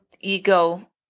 ego